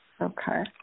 Okay